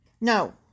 No